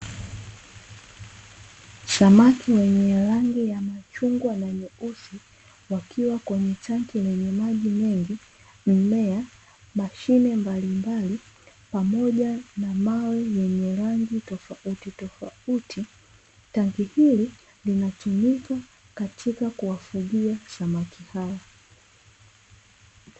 Samaki wenye rangi ya machungwa na nyeusi wakiwa kwenye Tangi lenye maji mengi, mimea, mashine mbalimbali pamoja na mawe yenye rangi tofauti tofauti. Tangi hili linatumika katika kuwafugia samaki hao.